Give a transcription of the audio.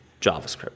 JavaScript